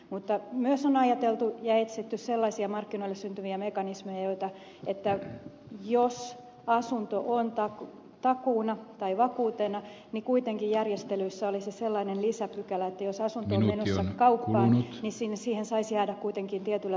mutta myös on ajateltu ja etsitty sellaisia markkinoille syntyviä mekanismeja että jos asunto on takuuna tai vakuutena niin kuitenkin järjestelyissä olisi sellainen lisäpykälä että jos asunto on menossa kauppaan niin siihen saisi jäädä kuitenkin tietyllä sopimusjärjestelyllä asumaan